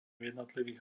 jednotlivých